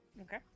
Okay